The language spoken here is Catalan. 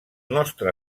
nostre